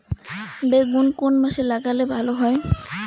বেগুন কোন মাসে লাগালে ভালো হয়?